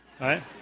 right